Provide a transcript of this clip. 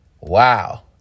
Wow